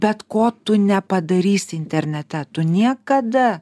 bet ko tu nepadarysi internete tu niekada